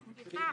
סליחה.